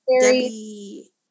debbie